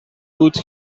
بود